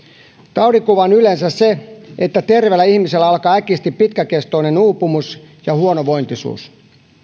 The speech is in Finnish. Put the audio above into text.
taudinkuva on yleensä se että terveellä ihmisellä alkaa äkisti pitkäkestoinen uupumus ja huonovointisuus